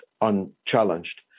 unchallenged